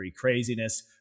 craziness